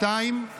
לא הבנתי.